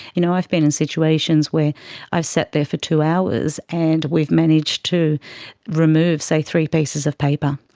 you know, i've been in situations where i've sat there for two hours and we have managed to remove, say, three pieces of paper,